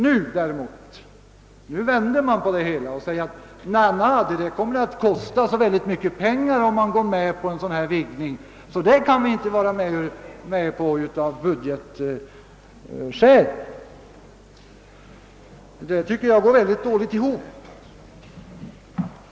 Nu vänder man emellertid på resonemanget och menar, att en vidgning av denna undervisning skulle kosta så mycket att man av budgetskäl inte kan tillstyrka en sådan.